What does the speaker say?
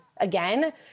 Again